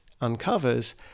uncovers